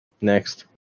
Next